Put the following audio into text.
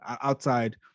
outside